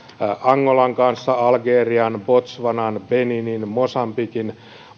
angolan kanssa algerian botswanan beninin mosambikin